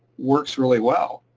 works really well,